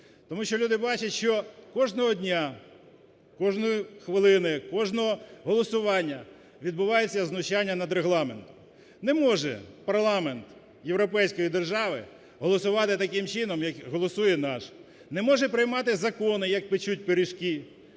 Тому що люди бачать, що кожного дня, кожної хвилини, кожного голосування відбувається знущання над Регламентом. Не може парламент європейської держави голосувати таким чином, як голосує наш. Не може приймати закони, як печуть пиріжки.